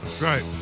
Right